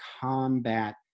combat